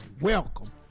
welcome